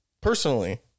personally